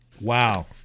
Wow